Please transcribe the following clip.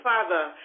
Father